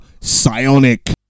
psionic